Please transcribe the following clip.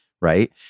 right